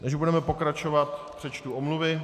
Než budeme pokračovat, přečtu omluvy.